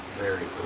very